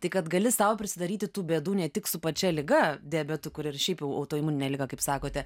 tai kad gali sau prisidaryti tų bėdų ne tik su pačia liga diabetu kur ir šiaip jau autoimuninė liga kaip sakote